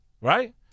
Right